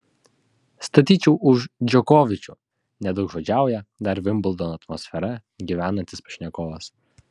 statyčiau už džokovičių nedaugžodžiauja dar vimbldono atmosfera gyvenantis pašnekovas